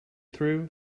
through